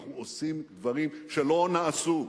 אנחנו עושים דברים שלא נעשו.